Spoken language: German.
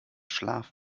schlaf